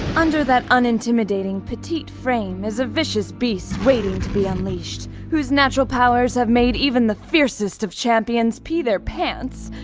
under that unintimidating petite frame is a vicious beast waiting to be unleashed, whose natural powers have made even the fiercest of champions pee their pants,